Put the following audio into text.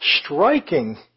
striking